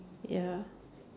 ya